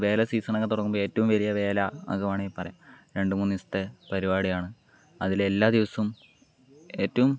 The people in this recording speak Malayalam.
വേല സീസണൊക്കെ തുടങ്ങുമ്പോൾ ഏറ്റവും വലിയ വേല എന്നൊക്കെ വേണമെങ്കിൽ പറയാം രണ്ട് മൂന്നു ദിവസത്തെ പരിപാടിയാണ് അതിലെല്ലാ ദിവസവും ഏറ്റവും